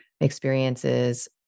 experiences